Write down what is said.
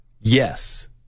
yes